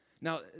Now